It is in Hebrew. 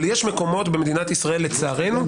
אבל יש מקומות במדינת ישראל לצערנו,